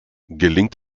gelingt